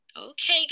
okay